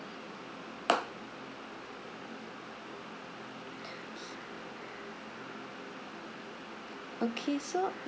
okay so